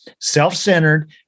self-centered